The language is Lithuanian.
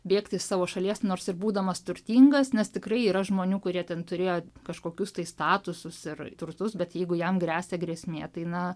bėgti iš savo šalies nors ir būdamas turtingas nes tikrai yra žmonių kurie ten turėjo kažkokius tai statusus ir turtus bet jeigu jam gresia grėsmė tai na